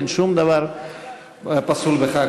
אין שום דבר פסול בכך.